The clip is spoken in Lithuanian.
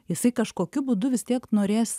jisai kažkokiu būdu vis tiek norės